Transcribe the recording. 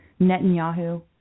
Netanyahu